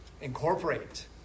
incorporate